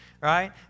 right